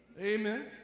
Amen